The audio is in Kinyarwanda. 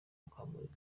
mukamurigo